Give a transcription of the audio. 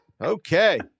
Okay